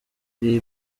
iyi